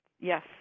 Yes